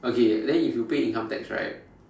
okay then if you pay income tax right